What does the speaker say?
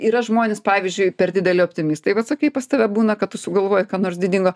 yra žmonės pavyzdžiui per dideli optimistai vat sakai pas tave būna kad tu sugalvoji ką nors didingo